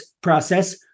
process